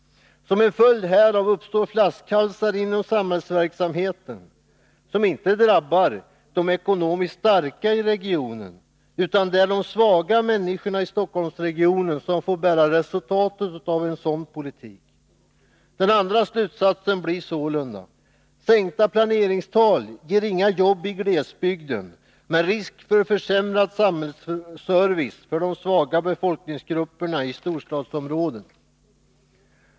Som en följd härav uppstår flaskhalsar inom samhällsverksamheten som inte drabbar de ekonomiskt starka i regionen. Det är i stället de svaga människorna i Stockholmsregionen som får ta konsekvenserna av en sådan politik. Den andra slutsatsen blir sålunda att sänkta planeringstal inte ger några jobb i glesbygden. I stället innebär de en risk för försämrad samhällsservice för de svaga befolkningsgrupperna i storstadsområdet.